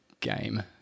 game